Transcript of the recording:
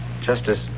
Justice